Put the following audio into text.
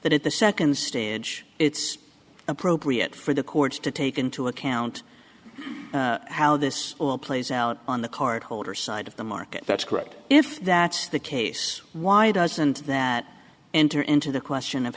that at the second stage it's appropriate for the courts to take into account how this plays out on the card holders side of the market that's correct if that's the case why doesn't that enter into the question of